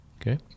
Okay